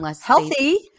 Healthy